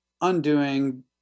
undoing